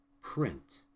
print